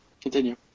continue